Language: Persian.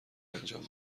انجام